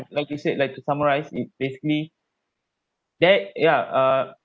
like you said like summarise it basically that ya err